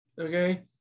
okay